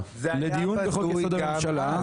לדיון בחוק-יסוד הממשלה,